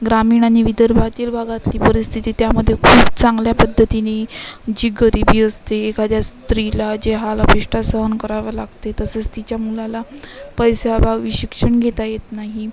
ग्रामीण आणि विदर्भातील भागातली परिस्थिती त्यामध्ये खूप चांगल्या पद्धतीने जी गरिबी असते एखाद्या स्त्रीला जे हालअपेष्टा सहन कराव्या लागते तसेच तिच्या मुलाला पैशांअभावी शिक्षण घेता येत नाही